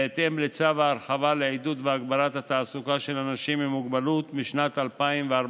בהתאם לצו ההרחבה לעידוד והגברת התעסוקה של אנשים עם מוגבלות משנת 2014,